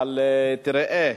אבל תראה,